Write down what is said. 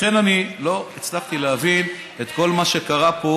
לכן אני לא הצלחתי להבין את כל מה שקרה פה,